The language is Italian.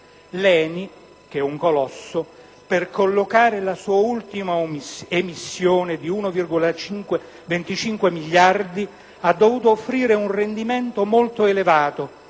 L'ENI, che è un colosso, per collocare la sua ultima emissione di 1,25 miliardi, ha dovuto offrire un rendimento molto elevato,